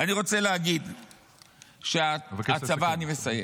אני רוצה להגיד שהצבא -- אני מבקש לסיים.